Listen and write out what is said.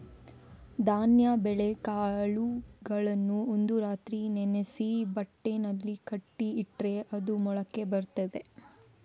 ಧಾನ್ಯ ಬೇಳೆಕಾಳುಗಳನ್ನ ಒಂದು ರಾತ್ರಿ ನೆನೆಸಿ ಬಟ್ಟೆನಲ್ಲಿ ಕಟ್ಟಿ ಇಟ್ರೆ ಅದು ಮೊಳಕೆ ಬರ್ತದೆ